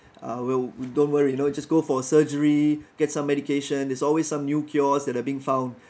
uh well don't worry you know just go for surgery get some medication there's always some new cures that are being found